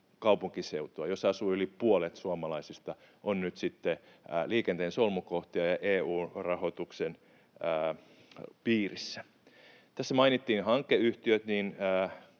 MAL-kaupunkiseutua, joissa asuu yli puolet suomalaisista, on nyt sitten liikenteen solmukohtia ja EU-rahoituksen piirissä. Tässä mainittiin hankeyhtiöt.